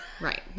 Right